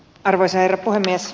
arvoisa herra puhemies